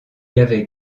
avait